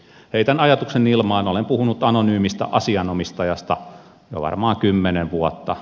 heitän ajatuksen ilmaan olen puhunut anonyymista asianomistajasta jo varmaan kymmenen vuotta